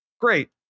Great